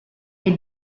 est